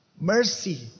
mercy